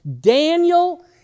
Daniel